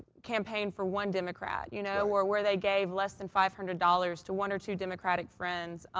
campaign for one democrat. you know, or where they gave less than five hundred dollars to one or two democratic friends.